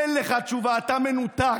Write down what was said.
אין לך תשובה, אתה מנותק.